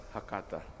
Hakata